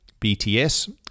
BTS